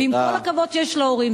ועם כל הכבוד שיש להורים,